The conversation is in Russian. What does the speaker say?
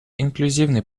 инклюзивный